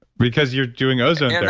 because you're doing ozone yeah